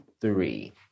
three